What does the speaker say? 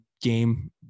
game